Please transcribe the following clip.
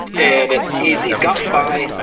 and he's he's gotten by.